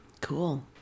Cool